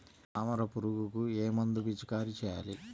తామర పురుగుకు ఏ మందు పిచికారీ చేయాలి?